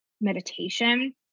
meditation